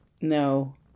No